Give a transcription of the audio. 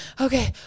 okay